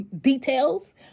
details